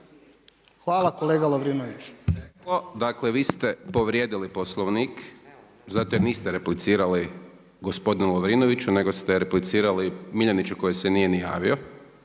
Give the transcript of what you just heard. Siniša (SDP)** Dakle, vi ste povrijedili Poslovnik. Zato jer niste replicirali gospodinu Lovrinoviću nego ste replicirali Miljaniću koji se nije ni javio,